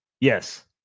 Yes